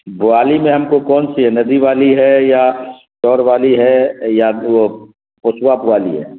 بوالی میں ہم کو کون سی ہے ندی والی ہے یا سور والی ہے یا وہ پوچواپ والی ہے